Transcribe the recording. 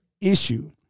issue